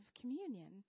communion